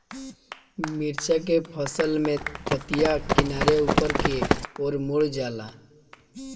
मिरचा के फसल में पतिया किनारे ऊपर के ओर मुड़ जाला?